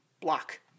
block